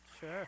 sure